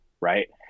right